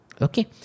Okay